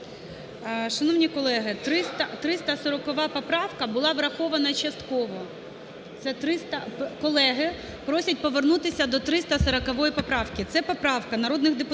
Шановні колеги, 340 поправка була врахована частково. Колеги просять повернутися до 340 поправки. Це поправка народних депутатів